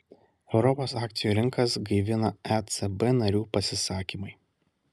europos akcijų rinkas gaivina ecb narių pasisakymai